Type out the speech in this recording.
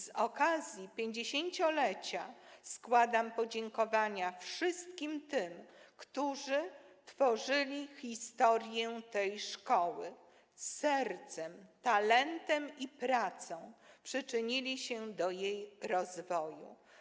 Z okazji 50-lecia składam podziękowania wszystkim tym, którzy tworzyli historię tej szkoły, sercem, talentem i pracą przyczynili się do jej rozwoju.